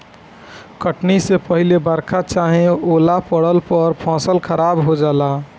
कटनी से पहिले बरखा चाहे ओला पड़ला पर फसल खराब हो जाला